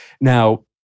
Now